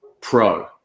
pro